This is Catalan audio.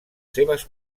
seves